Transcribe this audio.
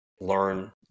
learn